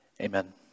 Amen